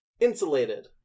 Insulated